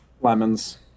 Lemons